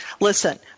listen –